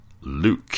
Luke